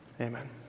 Amen